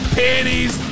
panties